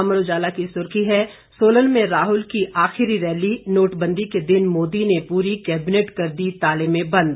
अमर उजाला की सुर्खी है सोलन में राहुल की आखिरी रैली नोटबंदी के दिन मोदी ने पूरी कैबिनेट कर दी ताले में बंद